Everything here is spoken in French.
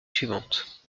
suivante